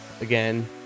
again